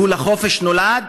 הוא לחופש נולד,